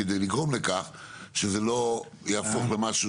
כדי לגרום לכך שזה לא יהפוך למשהו